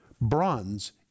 Bronze